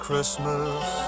Christmas